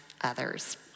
others